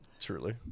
Truly